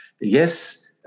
Yes